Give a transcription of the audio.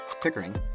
Pickering